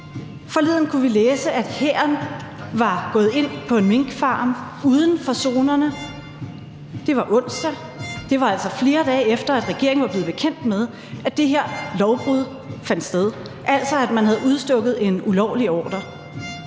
Forleden kunne vi læse, at hæren var gået ind på en minkfarm uden for zonerne. Det var onsdag, det var altså, flere dage efter at regeringen var blevet bekendt med, at det her lovbrud fandt sted, altså at man havde udstukket en ulovlig ordre.